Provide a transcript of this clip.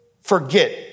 forget